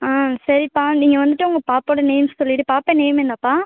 சரிப்பா நீங்கள் வந்துவிட்டு உங்கள் பாப்பாவோடய நேம் சொல்லிவிட்டு பாப்பா நேம் என்னப்பா